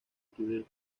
incluir